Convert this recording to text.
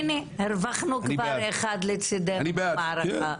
הנה, הרווחנו כבר אחד לצידנו במערכה.